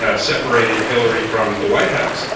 ah separated hillary from the white house.